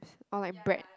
or like bread